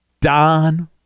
Don